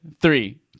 three